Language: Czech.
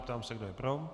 Ptám se, kdo je pro.